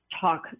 talk